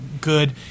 good